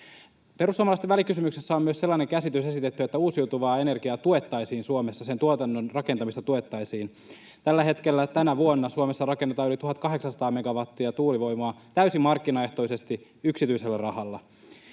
Perussuomalaisten välikysymyksessä on myös sellainen käsitys esitetty, että uusiutuvaa energiaa tuettaisiin Suomessa, sen tuotannon rakentamista tuettaisiin. Tällä hetkellä, tänä vuonna, Suomessa rakennetaan yli 1 800 megawattia tuulivoimaa täysin markkinaehtoisesti yksityisellä rahalla.